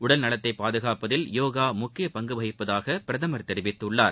உடல்நலத்தை பாதுகாப்பதில் யோகா முக்கியப் பங்குவகிப்பதாக பிரதமர் தெரிவித்துள்ளார்